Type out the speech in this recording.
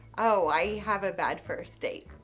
oh i have a bad first date,